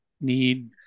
need